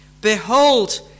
Behold